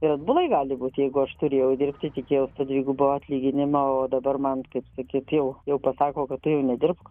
ir atbulai gali būti jeigu aš turėjau dirbti tikėjaus to dvigubo atlyginimo o dabar man kaip sakyti jau jau pasako kad tu jau nedirbk